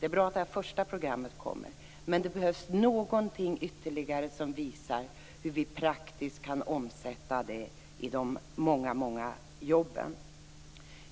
Det är bra att det här första programmet kommer, men det behövs någonting ytterligare som visar hur vi praktiskt kan omsätta detta i de många, många jobben.